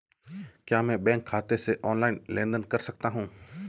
क्या मैं बैंक खाते से ऑनलाइन लेनदेन कर सकता हूं?